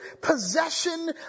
possession